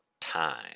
time